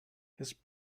his